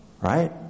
Right